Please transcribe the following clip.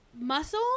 muscle